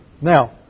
Now